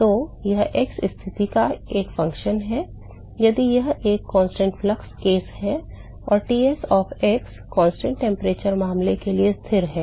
तो यह x स्थिति का एक फ़ंक्शन है यदि यह एक स्थिर फ्लक्स केस है और Ts of x स्थिर तापमान मामले के लिए स्थिर है